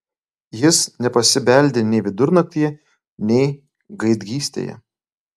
jis nepasibeldė nei vidurnaktyje nei gaidgystėje